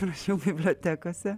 rašiau bibliotekose